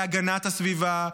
בהגנת הסביבה,